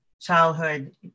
childhood